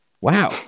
Wow